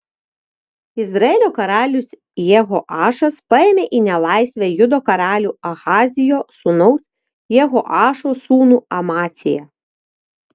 izraelio karalius jehoašas paėmė į nelaisvę judo karalių ahazijo sūnaus jehoašo sūnų amaciją